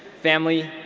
family,